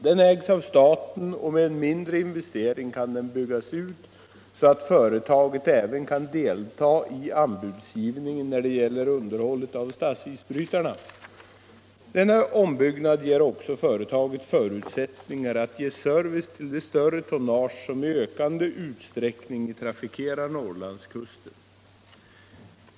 Denna docka ägs av staten, och med en mindre investering kan dockan byggas ut så att företaget även kan delta i anbudsgivningen när det gäller underhållet av statsisbrytarna. Denna ombyggnad ger också företaget förutsättningar för att ge service till det större tonnage som i ökande utsträckning trafikerar Norrlandskusten.